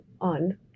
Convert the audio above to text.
on